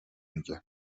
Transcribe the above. میگه